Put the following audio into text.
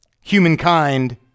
Humankind